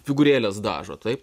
figūrėles dažo taip